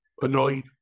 annoyed